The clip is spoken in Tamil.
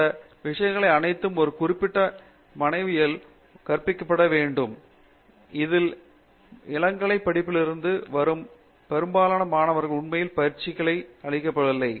இந்த விஷயங்கள் அனைத்தும் ஒரு குறிப்பிட்ட மாணவியில் கற்பிக்கப்பட வேண்டும் இதில் இளங்கலை படிப்பிலிருந்து வரும் பெரும்பாலான மாணவர்கள் உண்மையில் பயிற்சியளிக்கப்படுவதில்லை